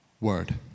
word